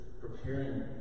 preparing